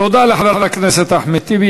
תודה לחבר הכנסת אחמד טיבי.